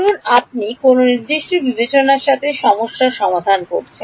ধরুন আপনি কোনও নির্দিষ্ট বিবেচনার সাথে সমস্যা সমাধান করেছেন